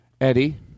Eddie